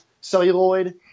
celluloid